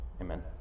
amen